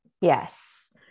Yes